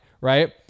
Right